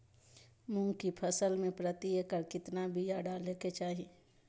मूंग की फसल में प्रति एकड़ कितना बिया डाले के चाही?